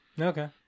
Okay